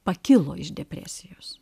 pakilo iš depresijos